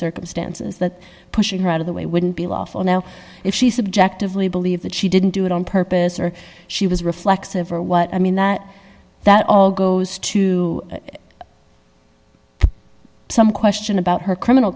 circumstances that pushing her out of the way wouldn't be lawful now if she subjectively believe that she didn't do it on purpose or she was reflexive or what i mean that that all goes to some question about her criminal